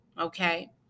Okay